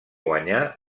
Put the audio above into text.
guanyar